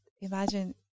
imagine